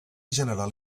general